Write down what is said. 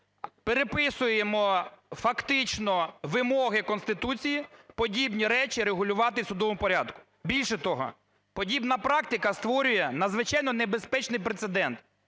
переписуємо фактично вимоги Конституції подібні речі регулювати в судовому порядку. Більше того, подібна практика створює надзвичайно небезпечний прецедент,